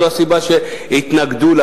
זאת הסיבה שהתנגדו לה,